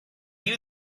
you